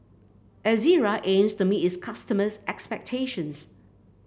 Ezerra aims to meet its customers' expectations